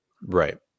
Right